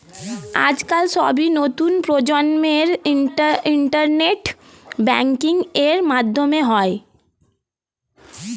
আজকাল সবই নতুন প্রজন্মের ইন্টারনেট ব্যাঙ্কিং এর মাধ্যমে হয়